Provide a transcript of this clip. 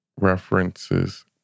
references